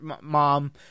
mom